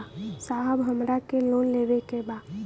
साहब हमरा के लोन लेवे के बा